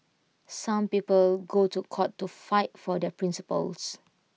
some people go to court to fight for their principles